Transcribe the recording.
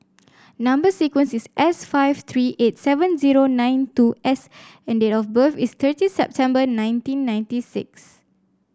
number sequence is S five three eight seven zero nine two S and date of birth is thirty September nineteen ninety six